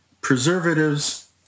Preservatives